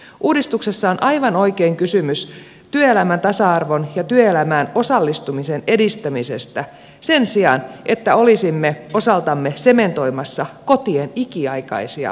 uudistuksessa on aivan oikein kysymys työelämän tasa arvon ja työelämään osallistumisen edistämisestä sen sijaan että olisimme osaltamme sementoimassa kotien ikiaikaisia roolijakoja